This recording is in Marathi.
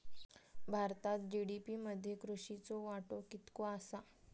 भारतात जी.डी.पी मध्ये कृषीचो वाटो कितको आसा?